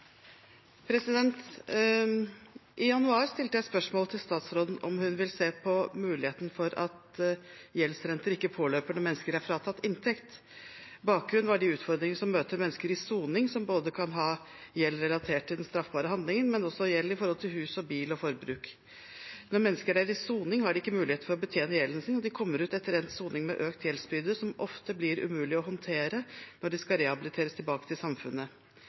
statsråden om hvorvidt hun vil se på muligheten for at gjeldsrenter ikke påløper når mennesker er fratatt inntekt. Bakgrunnen var de utfordringene som møter mennesker i soning, som kan ha både gjeld relatert til den straffbare handlingen og også gjeld fra hus, bil og forbruk. Når mennesker er i soning, har de ikke muligheter for å betjene gjelden sin, og de kommer ut etter endt soning med en økt gjeldsbyrde, som ofte blir umulig å håndtere når de skal rehabiliteres tilbake til samfunnet.